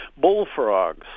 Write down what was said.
bullfrogs